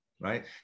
right